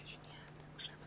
בבקשה.